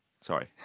Sorry